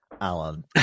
Alan